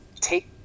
take